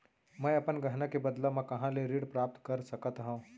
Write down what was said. मै अपन गहना के बदला मा कहाँ ले ऋण प्राप्त कर सकत हव?